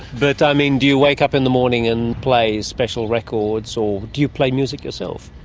but i mean do you wake up in the morning and play special records? so do you play music yourself?